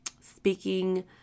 speaking